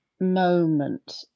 moment